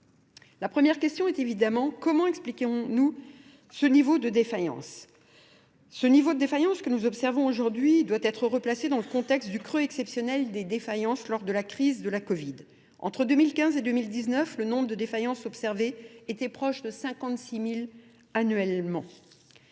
La première question est évidemment comment expliquerons-nous ce niveau de défaillance. Ce niveau de défaillance que nous observons aujourd'hui doit être replacé dans le contexte du creux exceptionnel des défaillances lors de la crise de la Covid. Entre 2015 et 2019, le nombre de défaillances observées était proche de 56 000 annuellement.